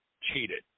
cheated